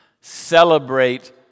celebrate